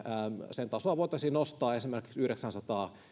sen tasoa voitaisiin nostaa esimerkiksi yhdeksäänsataan